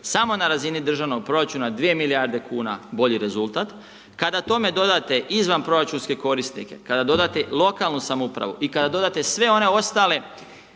samo na razini državnog proračuna 2 milijarde kuna bolji rezultat. Kada tome dodate izvanproračunske korisnike, kada dodate lokalnu samoupravu i kada dodate se one ostale